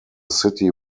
city